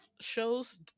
shows